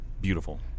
beautiful